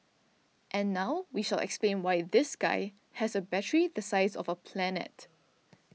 and now we shall explain why this guy has a battery the size of a planet